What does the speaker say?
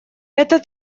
это